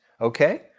okay